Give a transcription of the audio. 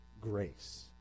Grace